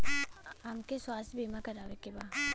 हमके स्वास्थ्य बीमा करावे के बा?